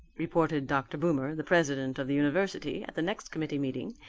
reported dr. boomer, the president of the university, at the next committee meeting,